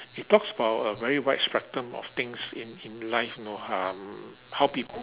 it talks about a very wide spectrum of things in in life know um how peop~